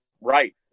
right